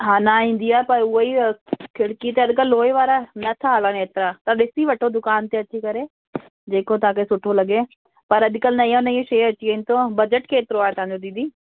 हा ना ईंदी आहे पर उहोई खिड़की त अॼुकल्ह लोहे वारा नथा हलनि हेतिरा त ॾिसी वठो दुकान ते अची करे जेको तव्हांखे सुठो लॻे पर अॼुकल्ह नयूं नयूं शइ अची वियूं अथव बजट केतिरो आहे तव्हांजो दीदी